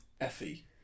Effie